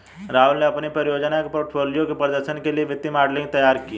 राहुल ने अपनी परियोजना के पोर्टफोलियो के प्रदर्शन के लिए वित्तीय मॉडलिंग तैयार की